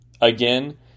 Again